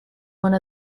one